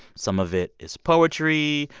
some of it is poetry.